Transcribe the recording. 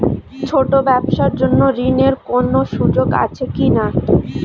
ছোট ব্যবসার জন্য ঋণ এর কোন সুযোগ আছে কি না?